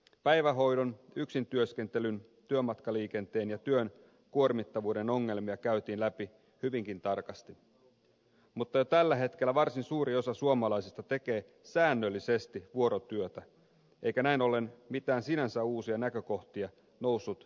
päivähoidon yksintyöskentelyn työmatkaliikenteen ja työn kuormittavuuden ongelmia käytiin läpi hyvinkin tarkasti mutta jo tällä hetkellä varsin suuri osa suomalaisista tekee säännöllisesti vuorotyötä eikä näin ollen mitään sinänsä uusia näkökohtia noussut erityisesti esiin